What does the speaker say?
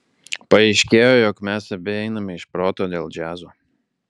paaiškėjo jog mes abi einame iš proto dėl džiazo